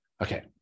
okay